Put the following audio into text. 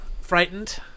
frightened